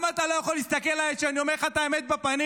למה אתה לא יכול להסתכל עליי כשאני אומר לך את האמת בפנים?